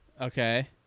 Okay